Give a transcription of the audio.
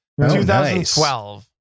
2012